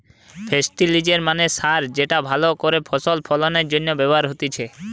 ফেস্টিলিজের মানে সার যেটা ভালো করে ফসল ফলনের জন্য ব্যবহার হতিছে